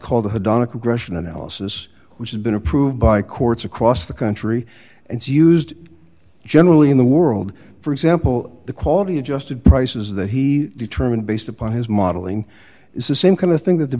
regression analysis which has been approved by courts across the country and used generally in the world for example the quality adjusted prices that he determined based upon his modeling is the same kind of thing that the